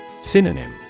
Synonym